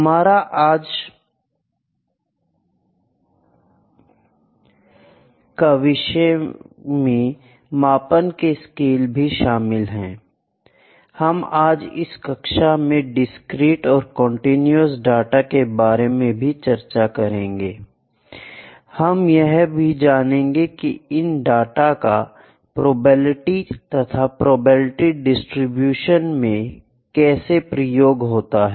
हमारे आज के विषय में मापन के स्केल भी शामिल है हम आज इस कक्षा में डिस्क्रीट एवं कंटीन्यूअस डाटा के बारे में भी चर्चा करेंगे हम यह भी जानेंगे की इन डाटा का प्रोबेबिलिटी तथा प्रोबेबिलिटी डिस्ट्रीब्यूशन में कैसे प्रयोग होता है